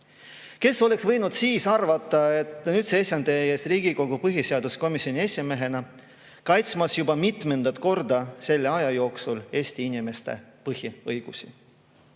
Kes oleks võinud siis arvata, et nüüd seisan teie ees Riigikogu põhiseaduskomisjoni esimehena kaitsmas juba mitmendat korda selle aja jooksul Eesti inimeste põhiõigusi.